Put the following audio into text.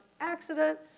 accident